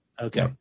okay